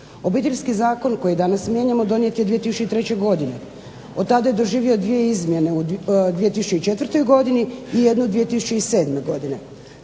Obiteljski zakon koji danas mijenjamo donijet je 2003. godine. Od tada je doživio 2 izmjene u 2004. godini i jednu 2007. godine.